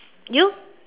you